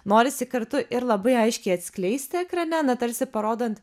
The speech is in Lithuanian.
norisi kartu ir labai aiškiai atskleisti ekrane na tarsi parodant